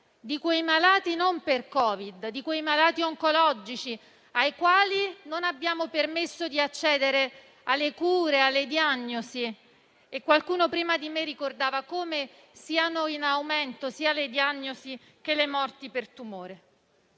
dei malati non per Covid, ad esempio dei malati oncologici, ai quali non abbiamo permesso di accedere alle cure e alle diagnosi. Qualcuno prima di me ricordava come siano in aumento sia le diagnosi che le morti per tumore.